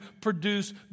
produce